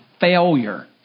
Failure